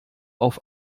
auf